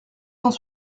cent